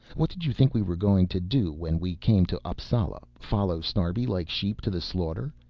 what did you think we were going to do when we came to appsala follow snarbi like sheep to the slaughter?